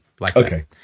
Okay